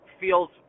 feels